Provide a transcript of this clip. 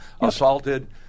assaulted